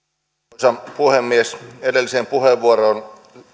arvoisa puhemies edelliseen puheenvuoroon